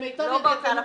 כתוב